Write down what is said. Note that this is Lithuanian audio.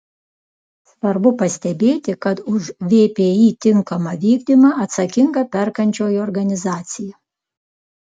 svarbu pastebėti kad už vpį tinkamą vykdymą atsakinga perkančioji organizacija